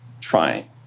trying